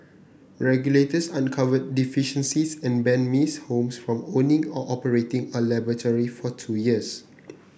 regulators uncovered deficiencies and banned Miss Holmes from owning or operating a laboratory for two years